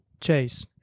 Chase